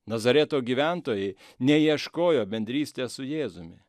nazareto gyventojai neieškojo bendrystės su jėzumi